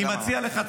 אני מציע לך,